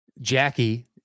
Jackie